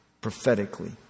prophetically